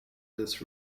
this